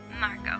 Marco